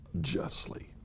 justly